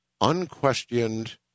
unquestioned